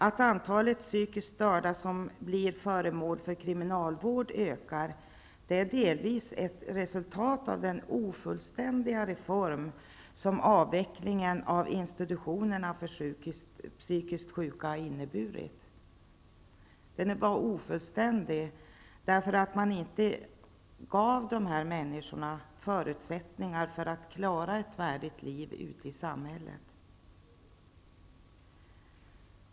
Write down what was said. Att antalet psykiskt störda som blir föremål för kriminalvård ökar är delvis ett resultat av den ofullständiga reform som avvecklingen av institutionerna för psykiskt sjuka har inneburit. Den var ofullständig därför att man inte gav dessa människor förutsättningar för att klara ett värdigt liv ute i samhället.